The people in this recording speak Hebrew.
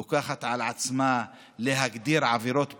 לוקחת לעצמה להגדיר עבירות פליליות,